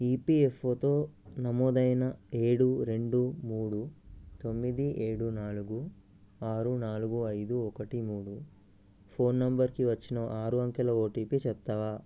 ఈపిఎఫ్ఓతో నమోదైన ఏడు రెండు మూడు తొమ్మిది ఏడు నాలుగు ఆరు నాలుగు ఐదు ఒకటి మూడు ఫోన్ నంబరుకి వచ్చిన ఆరు అంకెల ఓటిపి చెప్తావా